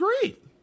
great